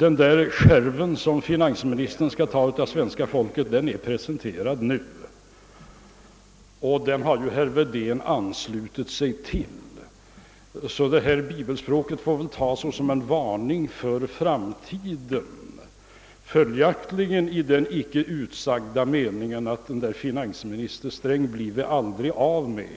Men den skärv som finansministern skall ta ut av svenska folket är nu presenterad, och den har ju herr Wedén anslutit sig till. Bibelspråket får väl därför tas som en varning för framtiden — alltså i den icke utsagda meningen att finansminister Sträng blir vi aldrig av med;